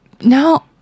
No